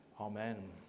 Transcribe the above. amen